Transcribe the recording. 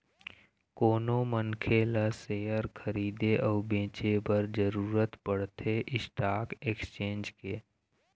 कोनो मनखे ल सेयर खरीदे अउ बेंचे बर जरुरत पड़थे स्टाक एक्सचेंज के